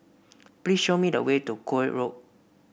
please show me the way to Koek Road